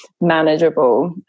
manageable